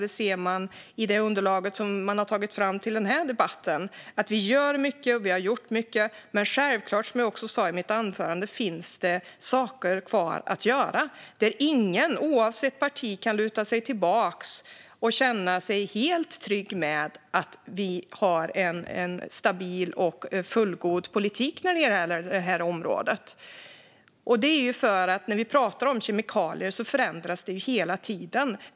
Det ser man i det underlag som tagits fram till denna debatt. Vi gör mycket, och vi har gjort mycket. Men självklart finns det saker kvar att göra, vilket jag tog upp i mitt anförande. Ingen, oavsett parti, kan luta sig tillbaka och känna sig helt trygg med att vi har en stabil och fullgod politik på området. Det beror på att det hela tiden förändras på kemikalieområdet.